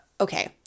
okay